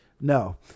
No